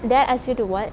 dad ask you to [what]